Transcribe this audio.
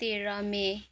तेह्र मई